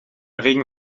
regen